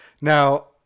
now